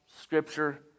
scripture